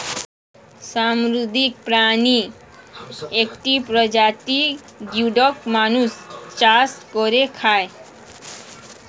সামুদ্রিক প্রাণীর একটি প্রজাতি গিওডক মানুষ চাষ করে খায়